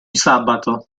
sabato